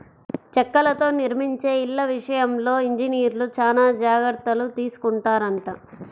చెక్కలతో నిర్మించే ఇళ్ళ విషయంలో ఇంజనీర్లు చానా జాగర్తలు తీసుకొంటారంట